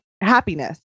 happiness